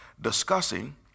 discussing